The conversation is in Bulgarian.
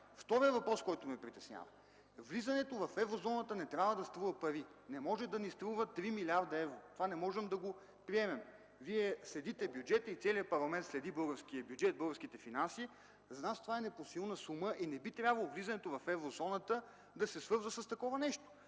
Вторият въпрос, който ме притеснява – влизането в Еврозоната не трябва да струва пари. Не може да ни струва 3 млрд. евро. Това не можем да го приемем. Вие следите бюджета и целият парламент следи българския бюджет, българските финанси. За нас това е непосилна сума и не би трябвало влизането в Еврозоната да се свързва с такова нещо.